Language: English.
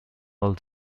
hull